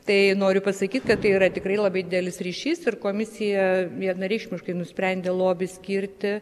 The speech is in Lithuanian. tai noriu pasakyt kad tai yra tikrai labai didelis ryšys ir komisija vienareikšmiškai nusprendė lobį skirti